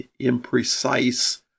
imprecise